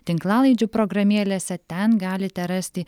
tinklalaidžių programėlėse ten galite rasti